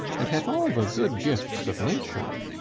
and hath all the good gifts of nature.